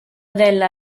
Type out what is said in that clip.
della